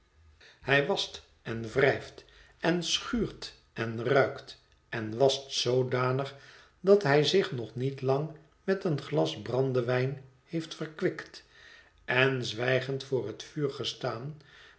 onhij wascht en wrijft en schuurt en ruikt en wascht zoodanig dat hij zich nog niet lang met een glas brandewijn heeft verkwikt en zwijgend voor het vuur